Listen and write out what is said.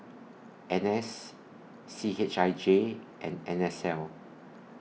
N S C H I J and N S L